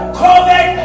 covid